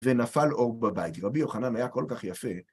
ונפל אור בבית, רבי יוחנן היה כל כך יפה.